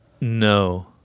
No